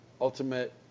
Ultimate